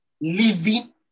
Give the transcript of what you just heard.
Living